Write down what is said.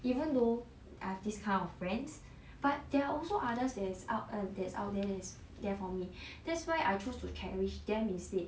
even though I have this kind of friends but there are also others that is out err that is out there is there for me that's why I chose to cherish them instead